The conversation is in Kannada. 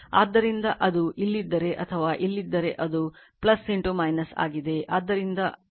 ಆದ್ದರಿಂದ ಅದು ಇಲ್ಲಿದ್ದರೆ ಅಥವಾ ಇಲ್ಲಿದ್ದರೆ ಅದು ಆಗಿದೆ